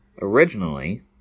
Originally